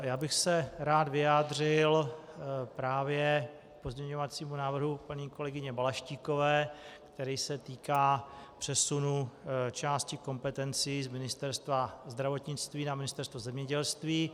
Já bych se rád vyjádřil právě k pozměňovacímu návrhu paní kolegyně Balaštíkové, který se týká přesunu části kompetencí z Ministerstva zdravotnictví na Ministerstvo zemědělství.